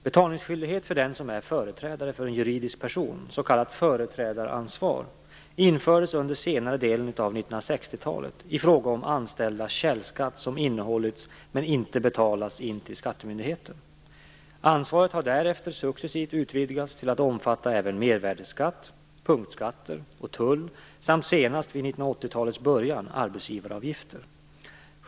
Betalningsskyldighet för den som är företrädare för en juridisk person, s.k. företrädaransvar, infördes under senare delen av 1960-talet i fråga om anställdas källskatt som innehållits men inte betalats in till skattemyndigheten. Ansvaret har därefter successivt utvidgats till att omfatta även mervärdesskatt, punktskatter och tull samt senast, vid 1980-talets början, arbetsgivaravgifter.